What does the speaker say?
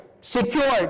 secured